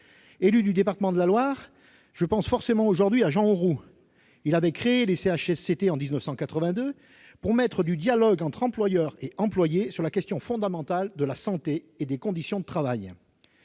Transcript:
Élu du département de la Loire, je pense forcément aujourd'hui à Jean Auroux : il avait créé les CHSCT, en 1982, pour favoriser le dialogue entre employeurs et employés sur la question fondamentale de la santé et des conditions de travail.